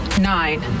nine